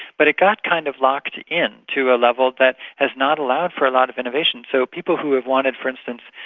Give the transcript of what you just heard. but it got kind of locked in to a level that has not allowed for a lot of innovation. so people who have wanted, for instance,